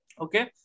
Okay